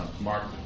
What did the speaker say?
Mark